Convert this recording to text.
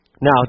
Now